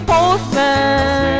Postman